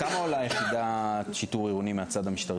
כמה עולה יחידת שיטור עירוני מהצד המשטרתי?